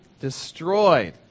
destroyed